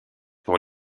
pour